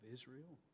Israel